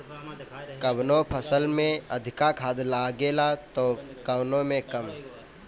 कवनो फसल में अधिका खाद लागेला त कवनो में कम